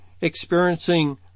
experiencing